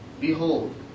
Behold